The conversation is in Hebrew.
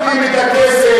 הם נותנים את הכסף,